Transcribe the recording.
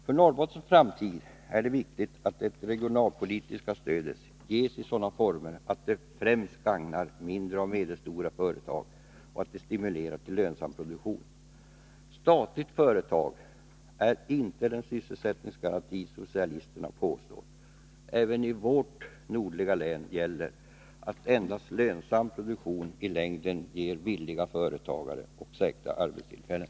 För Norrbottens framtid är det viktigt att det regionalpolitiska stödet ges i sådana former att det gagnar främst mindre och medelstora företag och att det stimulerar till lönsam produktion. Statliga företag är inte den sysselsättningsgaranti som socialisterna påstår. Även i vårt nordliga län gäller att endast lönsam produktion i längden ger villiga företagare och säkra arbetstillfällen.